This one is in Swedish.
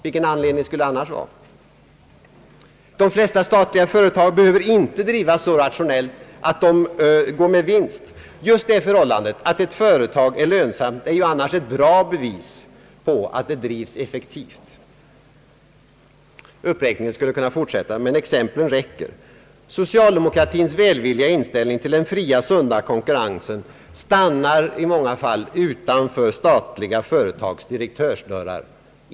Vilken anledning skulle det annars vara? De flesta statliga företag behöver inte drivas så rationellt att de går med vinst. Just det förhållandet att ett företag är lönsamt är ju annars ett bra bevis på att det drivs effektivt. Uppräkningen skulle kunna fortsätta, men exemplen räcker. Socialdemokratins välvilliga inställning till den fria, sunda konkurrensen stannar i många fall utanför statliga företags direktörsdörrar.